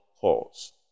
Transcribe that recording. cause